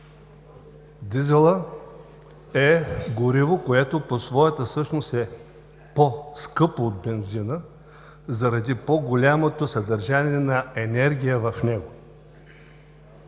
Дизелът е гориво, което по своята всъщност е по-скъпо от бензина заради по-голямото съдържание на енергия в него.